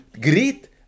greet